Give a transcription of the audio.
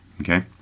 okay